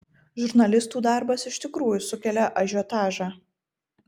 žurnalistų darbas iš tikrųjų sukelia ažiotažą